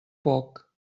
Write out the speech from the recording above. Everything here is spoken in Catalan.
poc